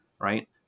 right